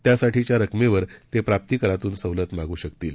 त्यासाठीच्या रकमेवर ते प्राप्तिकरातून सवलत मागू शकतील